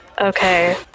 Okay